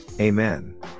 Amen